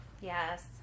Yes